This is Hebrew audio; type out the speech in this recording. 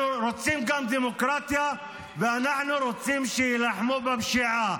אנחנו רוצים גם דמוקרטיה ואנחנו רוצים שיילחמו בפשיעה.